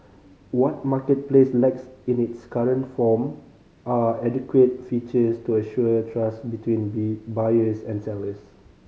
what Marketplace lacks in its current form are adequate features to assure trust between be buyers and sellers